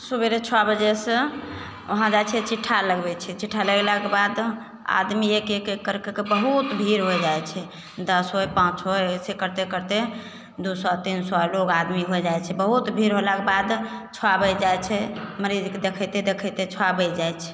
सबेरे छओ बजेसे वहाँ जाइ छिए चिट्ठा लगबै छिए चिट्ठा लगेलाके बाद आदमी एक एक एक करिके बहुत भीड़ हो जाइ छै दस होइ पाँच होइ अइसे करिते करिते दुइ सओ तीन सओ लोक आदमी होइ जाइ छै बहुत भीड़ होलाके बाद छओ बाजि जाइ छै मरीजके देखैते देखैते छओ बाजि जाइ छै